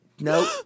Nope